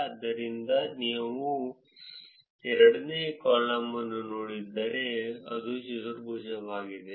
ಆದ್ದರಿಂದ ನೀವು ಎರಡನೇ ಕಾಲಮ್ ಅನ್ನು ನೋಡಿದರೆ ಅದು ಚತುರ್ಭುಜವಾಗಿದೆ